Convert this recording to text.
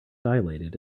dilated